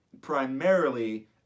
primarily